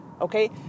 Okay